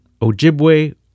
Ojibwe